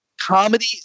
Comedy